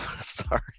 Sorry